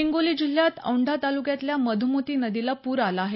हिंगोली जिल्ह्यात औंढा तालुक्यातल्या मधुमती नदीला पूर आला आहे